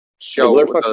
show